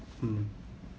mm